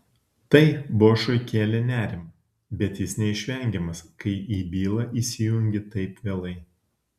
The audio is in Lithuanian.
tai bošui kėlė nerimą bet jis neišvengiamas kai į bylą įsijungi taip vėlai